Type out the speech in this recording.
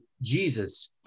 Jesus